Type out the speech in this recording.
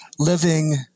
living